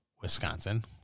Wisconsin